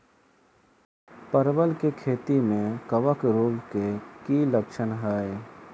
परवल केँ खेती मे कवक रोग केँ की लक्षण हाय?